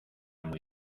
muy